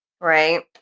right